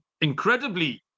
incredibly